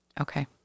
Okay